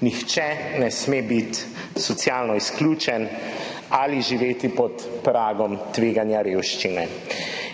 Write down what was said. Nihče ne sme biti socialno izključen ali živeti pod pragom tveganja revščine.